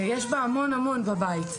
ויש בה המון המון בבית.